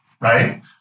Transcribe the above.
right